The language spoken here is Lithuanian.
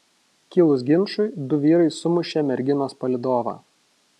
kilus ginčui du vyrai sumušė merginos palydovą